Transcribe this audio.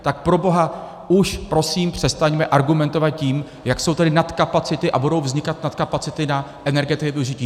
Tak proboha už prosím přestaňme argumentovat tím, jak jsou tady nadkapacity a budou vznikat nadkapacity na energetické využití.